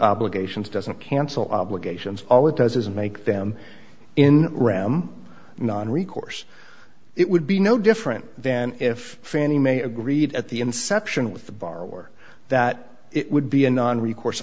obligations doesn't cancel obligations all it does is make them in ram non recourse it would be no different than if fannie mae agreed at the inception with the borrower that it would be a non recourse